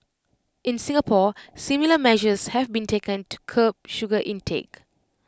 in Singapore similar measures have been taken to curb sugar intake